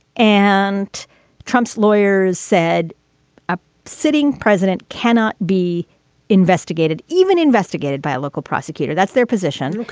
and trump's lawyers said a sitting president cannot be investigated, even investigated by a local prosecutor. that's their position. ok.